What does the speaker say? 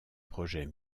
projet